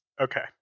okay